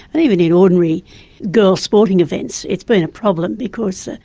and even in ordinary girls' sporting events it's been a problem because,